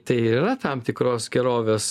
tai yra tam tikros gerovės